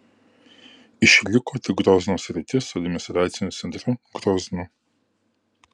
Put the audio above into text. išliko tik grozno sritis su administraciniu centru groznu